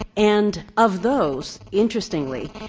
and of those, interestingly,